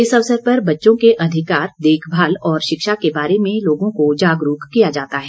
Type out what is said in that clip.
इस अवसर पर बच्चों के अधिकार देखभाल और शिक्षा के बारे में लोगों को जागरूक किया जाता है